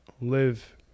live